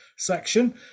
section